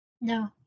No